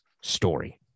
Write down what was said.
story